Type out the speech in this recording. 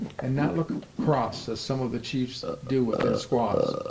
and not look cross as some of the chiefs do at their squaws.